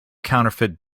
counterfeit